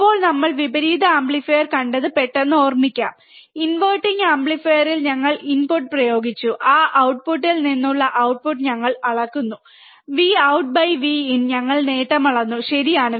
ഇപ്പോൾ നമ്മൾ വിപരീത ആംപ്ലിഫയർ കണ്ടത് പെട്ടെന്ന് ഓർമിക്കാം ഇൻവെർട്ടിംഗ് ആംപ്ലിഫയറിൽ ഞങ്ങൾ ഇൻപുട്ട് പ്രയോഗിച്ചു ആ ഔട്ട് ടപുട്ടിൽ നിന്നുള്ള ഔട്ട്പുട്ട് ഞങ്ങൾ അളക്കുന്നു Vout by Vin ഞങ്ങൾ നേട്ടം അളന്നു ശരിയാണ്